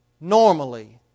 normally